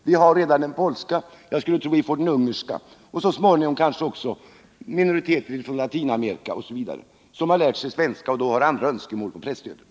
Vi har redan den polska, och jag tror att vi får en ungersk och så småningom kanske också minoriteter från Latinamerika som har lärt sig svenska och därmed har andra önskemål när det gäller presstödet.